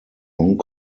hong